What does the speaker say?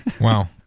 wow